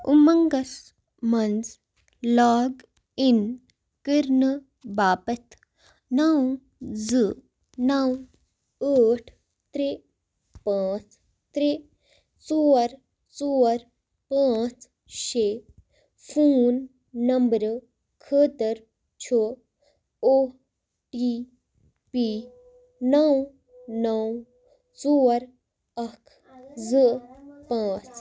اُمنٛگس منٛز log in کَرنہٕ باپتھ نَو زٕ نَو ٲٹھ ترٛےٚ پانٛژھ ترٛےٚ ژور ژور پانٛژھ شےٚ فون نمبر خٲطرٕ چھُ او ٹی پی نَو نَو ژور اَکھ زٕ پانٛژھ